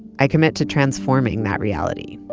i commit to transforming that reality.